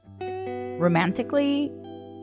romantically